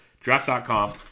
Draft.com